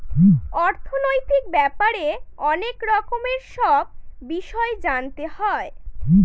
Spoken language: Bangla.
অর্থনৈতিক ব্যাপারে অনেক রকমের সব বিষয় জানতে হয়